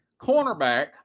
cornerback